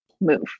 move